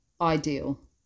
ideal